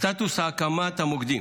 סטטוס הקמת המוקדים: